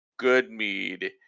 Goodmead